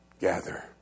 gather